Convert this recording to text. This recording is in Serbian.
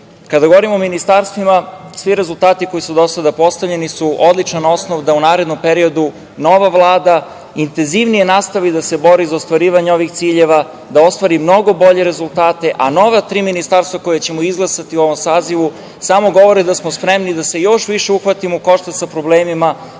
govorimo o ministarstvima, vi rezultati koji su do sada postavljeni su odličan osnov da u narednom periodu nova Vlada intenzivnije nastavi da se bori za ostvarivanje ovih ciljeva, da ostvari mnogo bolje rezultate, a nova tri ministarstva koja ćemo izglasati u ovom sazivu samo govore da smo spremni da se još više uhvatimo u koštac sa problemima,